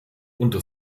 unter